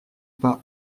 pas